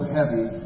Heavy